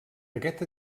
aquest